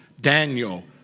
Daniel